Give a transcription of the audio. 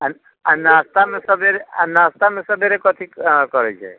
आओर आओर नास्तामे सवेरे आओर नास्तामे सवेरे कथी आओर करै छै